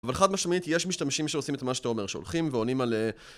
אבל חד משמעית יש משתמשים שעושים את מה שאתה אומר, שהולכים ועונים על אהה